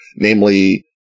namely